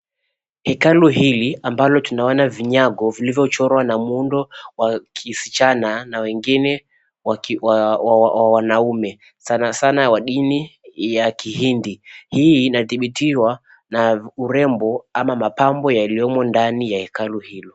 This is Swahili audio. Hekalu hili ambalo tunaona vinyago vilivyochorwa na muundo wa kisichana na wengine wa wanaume sanasana wa dini ya kihindi. Hii inadhibitiwa na urembo ama mapambo yaliyomo ndani ya hekalu hilo.